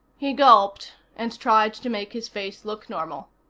he gulped and tried to make his face look normal.